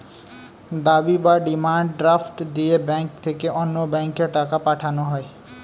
দাবি বা demand draft দিয়ে ব্যাংক থেকে অন্য ব্যাংকে টাকা পাঠানো হয়